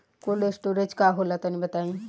Cold storage का होला तनि बताई?